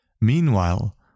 Meanwhile